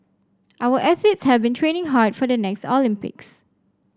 our athletes have been training hard for the next Olympics